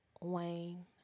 Wayne